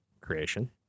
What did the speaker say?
creation